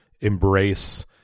embrace